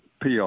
PR